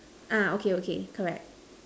ah okay okay correct